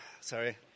Sorry